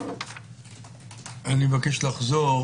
אני מבקש לחזור